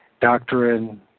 doctrine